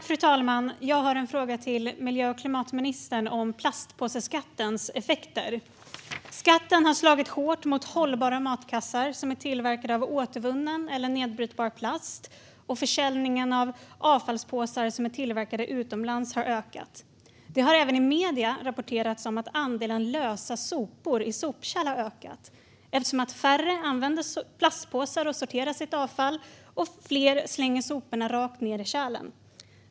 Fru talman! Jag har en fråga till miljö och klimatministern om plastpåseskattens effekter. Skatten har slagit hårt mot hållbara matkassar som är tillverkade av återvunnen eller nedbrytbar plast, och försäljningen av avfallspåsar som är tillverkade utomlands har ökat. Det har även i medier rapporterats om att andelen lösa sopor i sopkärl har ökat eftersom färre använder plastpåsar och sorterar sitt avfall och fler slänger soporna rakt ned i kärlen.